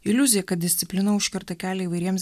iliuzija kad disciplina užkerta kelią įvairiems